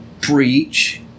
preach